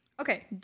Okay